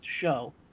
show